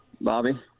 Bobby